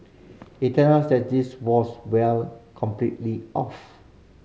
it turns out that this was well completely off